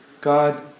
God